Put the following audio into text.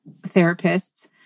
therapists